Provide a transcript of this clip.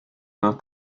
nach